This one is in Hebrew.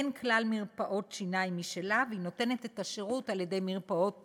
אין כלל מרפאות שיניים משלה והיא נותנת את השירות על-ידי מרפאות פרטיות.